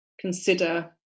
consider